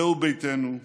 זהו ביתנו,